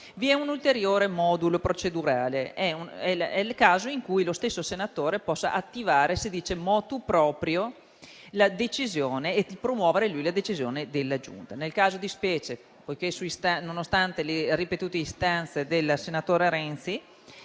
Vi è un ulteriore modulo procedurale, che è il caso in cui lo stesso senatore possa attivare *motu proprio* e promuovere egli stesso la decisione della Giunta. Nel caso di specie, nonostante le sue ripetute istanze, il senatore Renzi,